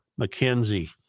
McKenzie